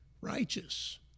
righteous